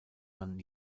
man